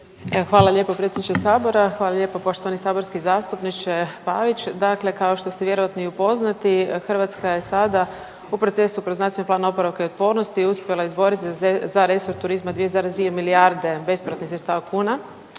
Hvala lijepo predsjedniče Sabora. Hvala lijepo poštovani saborski zastupniče Pavić. Dakle, kao što ste vjerojatno i upoznati Hrvatska je sada u procesu kroz NPOO uspjela izboriti za resor turizma 2,2 milijarde bespovratnih sredstava kuna